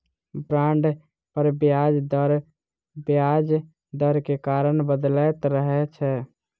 bond पर ब्याज दर बजार दर के कारण बदलैत रहै छै